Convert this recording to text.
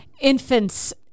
infants